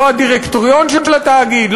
לא הדירקטוריון של התאגיד,